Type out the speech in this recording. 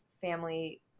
family